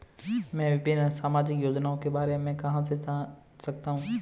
मैं विभिन्न सामाजिक योजनाओं के बारे में कहां से जान सकता हूं?